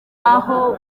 aho